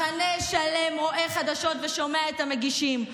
מחנה שלם רואה חדשות ושומע את המגישים,